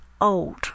old